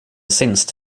since